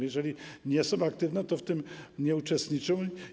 Jeżeli nie są aktywne, to w tym nie uczestniczą.